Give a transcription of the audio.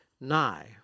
nigh